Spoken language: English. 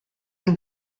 and